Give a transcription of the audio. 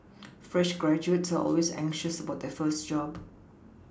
fresh graduates are always anxious about their first job